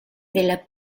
della